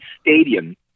stadium